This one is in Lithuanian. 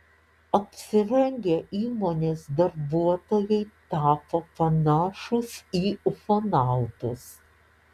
apsirengę įmonės darbuotojai tapo panašūs į ufonautus